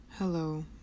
Hello